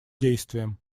действием